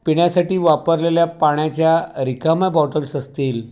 पिण्यासाठी वापरलेल्या पाण्याच्या रिकाम्या बॉटल्स असतील